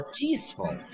peaceful